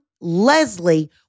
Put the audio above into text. Leslie